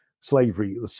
Slavery